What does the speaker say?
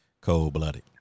Cold-blooded